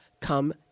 come